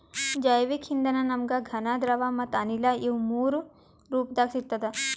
ಜೈವಿಕ್ ಇಂಧನ ನಮ್ಗ್ ಘನ ದ್ರವ ಮತ್ತ್ ಅನಿಲ ಇವ್ ಮೂರೂ ರೂಪದಾಗ್ ಸಿಗ್ತದ್